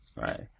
Right